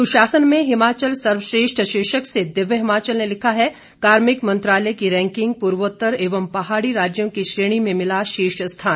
सुशासन में हिमाचल सर्वश्रेष्ठ शीर्षक से दिव्य हिमाचल ने लिखा है कार्मिक मंत्रालय की रैंकिंग पूर्वात्तर एवं पहाड़ी राज्यों की श्रेणी में मिला शीर्ष स्थान